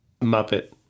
Muppet